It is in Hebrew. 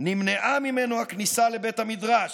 נמנעה ממנו הכניסה לבית המדרש.